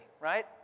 Right